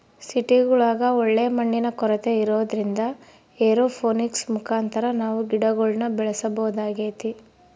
ಸಿಟಿಗುಳಗ ಒಳ್ಳೆ ಮಣ್ಣಿನ ಕೊರತೆ ಇರೊದ್ರಿಂದ ಏರೋಪೋನಿಕ್ಸ್ ಮುಖಾಂತರ ನಾವು ಗಿಡಗುಳ್ನ ಬೆಳೆಸಬೊದಾಗೆತೆ